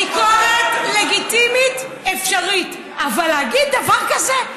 ביקורת לגיטימית, אפשרית, אבל להגיד דבר כזה?